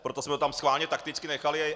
Proto jsme to tam schválně takticky nechali.